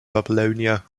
babylonia